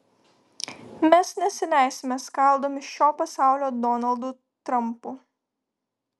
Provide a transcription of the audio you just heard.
mes nesileisime skaldomi šio pasaulio donaldų trampų